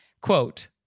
Quote